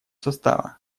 состава